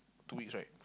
two weeks right